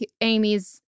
Amy's